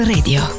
Radio